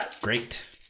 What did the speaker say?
Great